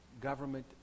government